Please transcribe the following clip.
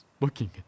looking